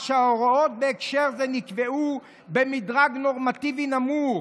שההוראות בהקשר זה נקבעו במדרג נורמטיבי נמוך: